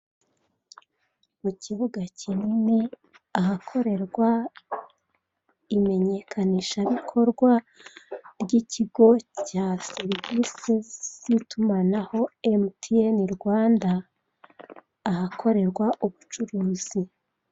Mu kibuga kinini, ahakorerwa imenyekanishabikorwa ry'ikigo cya serivise z'itumanaho, emutiyeni Rwanda, ahakorerwa ubucuruzi.